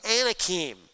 Anakim